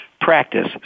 practice